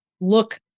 look